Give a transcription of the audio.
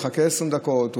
הוא יחכה 20 דקות,